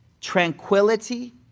tranquility